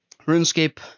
runescape